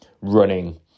running